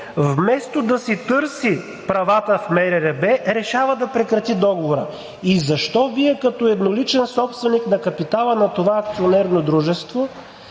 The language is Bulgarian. вместо да си търси правата в МРРБ, решава да прекрати договора?! И защо Вие, като едноличен собственик на капитала на това акционерно дружество,